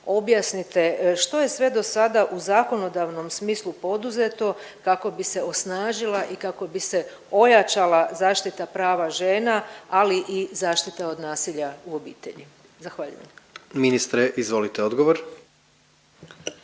objasnite što je sve dosada u zakonodavnom smislu poduzeto kako bi se osnažila i kako bi se ojačala zaštita prava žena, ali i zaštita od nasilja u obitelji. Zahvaljujem. **Jandroković, Gordan